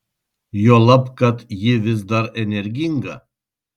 juolab kad ji vis dar energinga